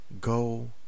go